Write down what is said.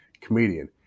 comedian